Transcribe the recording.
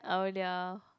oh really ah